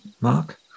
mark